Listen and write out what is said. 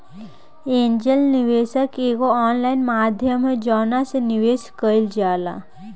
angel निवेशक एगो online माध्यम ह जवना से निवेश कईल जाला